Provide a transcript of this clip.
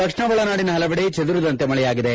ದಕ್ಷಿಣ ಒಳನಾಡಿನ ಪಲವೆಡೆ ಚದುರಿದಂತೆ ಮಳೆಯಾಗಿದೆ